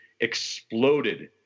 exploded